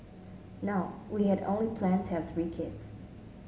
no we had only planned to have three kids